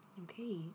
Okay